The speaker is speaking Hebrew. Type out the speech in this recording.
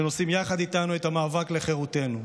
שנושאים יחד איתנו את המאבק לחירותנו,